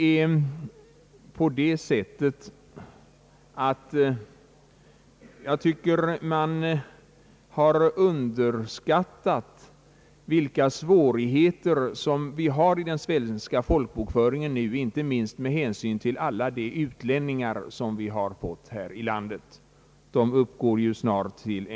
Jag tycker f. ö. att man har underskattat svårigheterna i den svenska folkbokföringen, inte minst med hänsyn till alla utlänningar. De uppgår ju nu till i det närmaste en kvarts miljon.